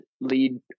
lead